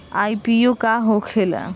IPO का होखेला?